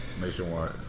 nationwide